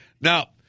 Now